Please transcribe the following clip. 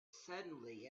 suddenly